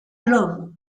love